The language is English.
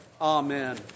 Amen